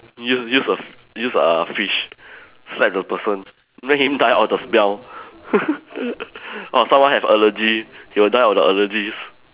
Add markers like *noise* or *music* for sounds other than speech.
use use a f~ use a fish slap the person make him die of the smell *laughs* or someone have allergy he will die of the allergies